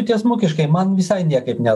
tiesmukiškai man visai niekaip ne